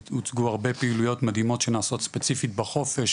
הוצגו הרבה פעילויות מדהימות שנעשות ספציפית בחופש